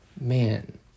man